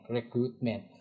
recruitment